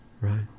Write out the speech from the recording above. right